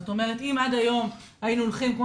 זאת אומרת אם עד היום היינו הולכים כמו